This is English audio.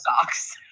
socks